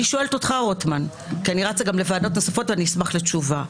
אני שואלת אותך רוטמן כי אני רצה גם לוועדות נוספות ואני אשמח לתשובה.